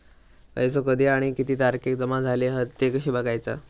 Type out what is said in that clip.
पैसो कधी आणि किती तारखेक जमा झाले हत ते कशे बगायचा?